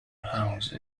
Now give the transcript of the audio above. house